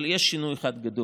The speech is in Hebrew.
אבל יש שינוי אחד גדול,